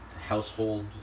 household